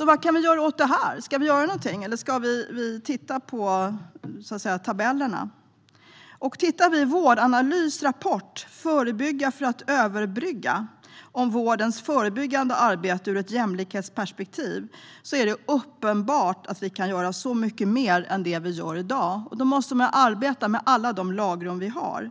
Vad kan vi göra åt detta? Ska vi göra något, eller ska vi bara titta på tabellerna? Läser man Vårdanalys rapport Förebygga för att överbrygga , som handlar om vårdens förebyggande arbete ur ett jämlikhetsperspektiv, är det uppenbart att vi kan göra så mycket mer än vad vi gör i dag, och då måste vi jobba med alla de lagrum vi har.